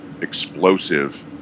explosive